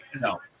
No